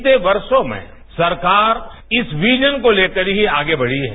बीते वर्षों में सरकार इस विजन को लेकर ही आगे बढ़ी है